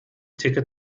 ticket